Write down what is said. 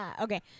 Okay